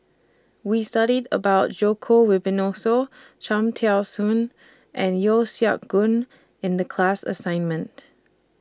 We studied about Djoko Wibisono Cham Tao Soon and Yeo Siak Goon in The class assignment